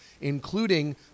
including